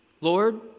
Lord